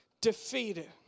defeated